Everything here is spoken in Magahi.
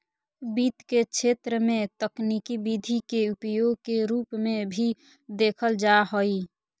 वित्त के क्षेत्र में तकनीकी विधि के उपयोग के रूप में भी देखल जा हइ